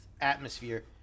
atmosphere